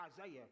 Isaiah